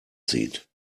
zieht